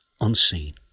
unseen